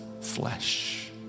flesh